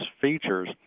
features